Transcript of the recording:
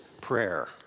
prayer